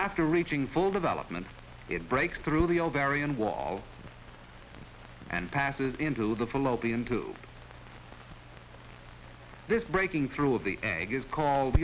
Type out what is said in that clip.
after reaching full development it breaks through the ovarian wall and passes into the fallopian to this breaking through of the egg is called